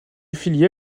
affilié